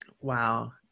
wow